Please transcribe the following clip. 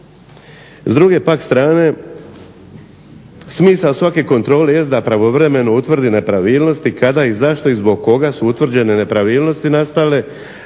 S druge pak strane smisao svake kontrole jest da pravovremeno utvrdi nepravilnosti kada i zašto i zbog koga su utvrđene nepravilnosti nastale,